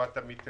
טובת עמיתי